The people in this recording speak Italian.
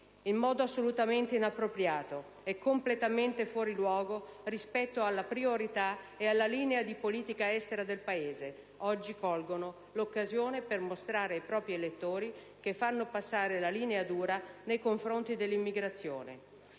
in modo assolutamente inappropriato e completamente fuori luogo rispetto alle priorità e alla linea di politica estera del Paese, oggi colgono l'occasione per mostrare ai propri elettori che fanno passare la linea dura nei confronti dell'immigrazione.